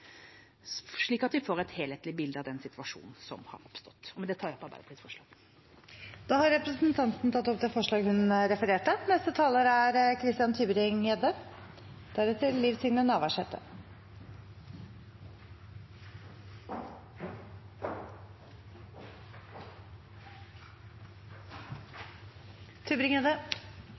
slik at vi får et helhetlig bilde av situasjonen som har oppstått. Med det tar jeg opp Arbeiderpartiets forslag. Representanten Anniken Huitfeldt har tatt opp det forslaget hun refererte. Det er